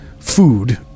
food